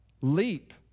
Leap